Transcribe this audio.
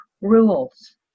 rules